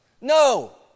No